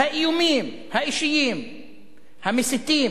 האיומים האישיים המסיתים